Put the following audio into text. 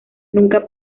nunca